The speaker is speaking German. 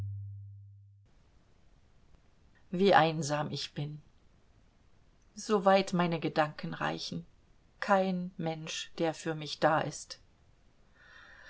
wie einsam ich bin soweit meine gedanken reichen kein mensch der für mich da ist